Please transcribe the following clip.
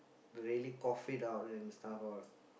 really cough it out and stuff all